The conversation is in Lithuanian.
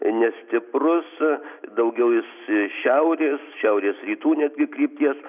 nestiprus daugiau jisšiaurės šiaurės rytų netgi krypties